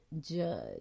judge